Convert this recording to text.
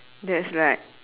that's like